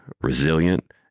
resilient